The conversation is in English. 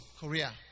Korea